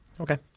Okay